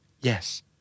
Yes